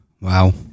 wow